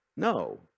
No